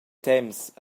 temps